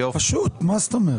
פשוט, מה זאת אומרת?